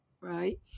right